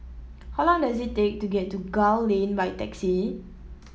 how long does it take to get to Gul Lane by taxi